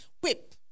whip